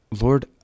Lord